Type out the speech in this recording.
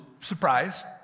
surprised